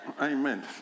Amen